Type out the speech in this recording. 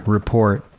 Report